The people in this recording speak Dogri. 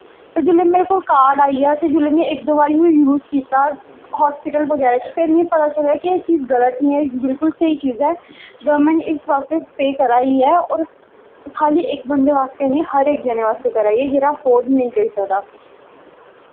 पर जिसलै मेरे कोल कार्ड आई गेआ जिसलै में इक दो बारी यूज कीता हास्पिटल दे बारे च फिर मिगी पता चलेआ एह् चीज बिलकुल गल्त निं ऐ एह् बिलकुल स्हेई ऐ गौरमैंट इस बास्तै पेऽ करा दी ऐ और खाल्ली इक बंदे बास्तै निं हर इक जने बास्तै करा दी ऐ जेह्ड़ा अफोर्ड नेईं करी सकदा